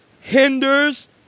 hinders